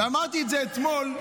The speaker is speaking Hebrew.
אמרתי את זה אתמול.